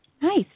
Nice